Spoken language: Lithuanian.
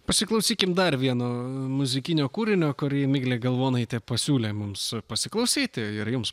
pasiklausykim dar vieno muzikinio kūrinio kurį miglė galvonaitė pasiūlė mums pasiklausyti ir jums